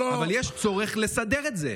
אבל יש צורך לסדר את זה.